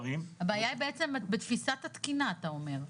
הבעיה היא בעצם בתפיסת התקינה אתה אומר.